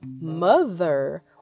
mother